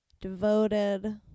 devoted